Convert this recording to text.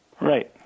Right